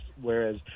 whereas